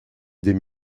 des